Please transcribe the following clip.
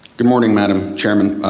good morning, madam chairman.